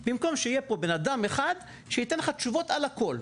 במקום שיהיה פה בן אדם אחד שייתן לך תשובות על הכול.